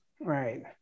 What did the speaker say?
Right